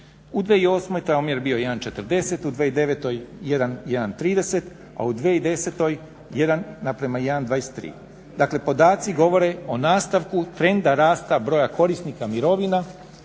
u 2008. taj je omjer bio 1:40, u 2009. 1:1,30, a u 2010. 1:1,23. Dakle podaci govore o nastavku trenda rasta broja korisnika mirovina